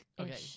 Okay